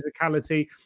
physicality